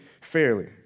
fairly